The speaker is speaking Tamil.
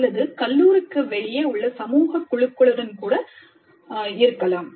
அல்லது கல்லூரிக்கு வெளியே உள்ள சமூகக் குழுக்களுடன் கூட இருக்கலாம்